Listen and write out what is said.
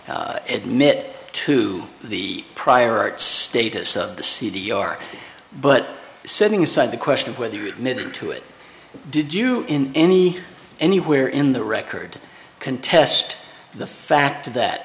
not admit to the prior art status of the c d r but setting aside the question of whether you admitted to it did you in any anywhere in the record contest the fact that